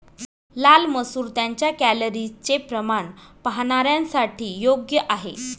लाल मसूर त्यांच्या कॅलरीजचे प्रमाण पाहणाऱ्यांसाठी योग्य आहे